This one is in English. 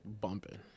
bumping